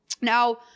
now